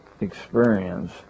experience